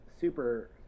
super